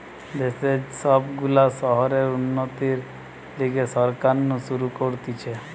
দেশের সব গুলা শহরের উন্নতির লিগে সরকার নু শুরু করতিছে